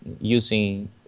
using